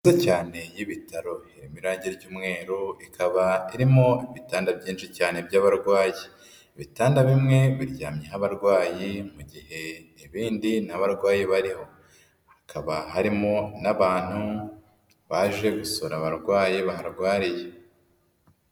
Inyubako ikeye cyane y'ibitaro, irimo irange ry'umweru, ikaba irimo ibitanda byinshi cyane by'abarwayi. Ibitanda bimwe biryamyeho abarwayi, mu gihe ibindi ntabarwayi bariho. Hakaba harimo n'abantu baje gusura abarwayi baharwariye.